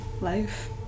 life